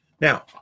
now